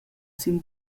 sin